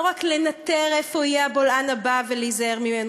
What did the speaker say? לא רק לנטר איפה יהיה הבולען הבא ולהיזהר ממנו,